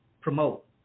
promote